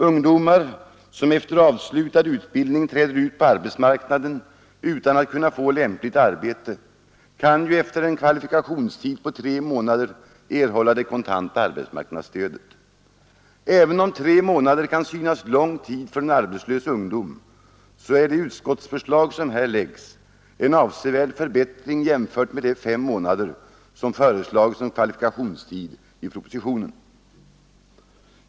Ungdomar som efter avslutad utbildning träder ut på arbetsmarknaden utan att kunna få ett lämpligt arbete skall efter en kvalifikationstid på tre månader kunna erhålla det kontanta arbetsmarknadsstödet. Även om tre månader kan synas vara en lång tid för en arbetslös ung människa är det utskottsförslag som här framläggs en avsevärd förbättring jämfört med propositionens förslag, som går ut på en kvalifikationstid av fem månader.